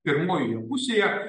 pirmojoje pusėje